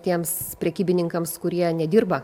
tiems prekybininkams kurie nedirba